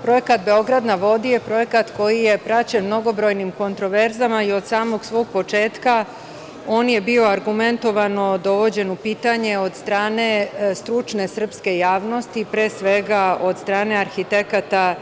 Projekat „Beograd na vodi“ je projekat koji je praćen mnogobrojnim kontraverzama i od samog svog početka on je bio argumentovano dovođen u pitanje od strane stručne srpske javnosti, pre svega od strane arhitekata